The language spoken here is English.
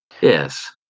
Yes